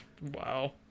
Wow